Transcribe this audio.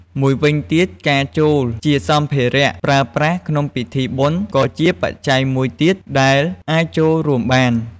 មួយវិញទៀតការចូលជាសម្ភារៈប្រើប្រាស់ក្នុងពិធីបុណ្យ ក៏ជាបច្ច័យមួយទៀតដែលអាចចូលរួមបាន។